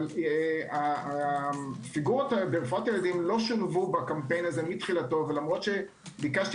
אבל הפיגורות ברפואת ילדים לא שולבו בקמפיין הזה מתחילתו ולמרות שביקשתי